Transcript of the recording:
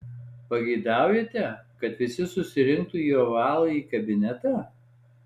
pageidaujate kad visi susirinktų į ovalųjį kabinetą